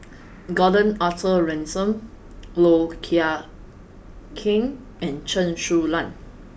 Gordon Arthur Ransome Low Thia Khiang and Chen Su Lan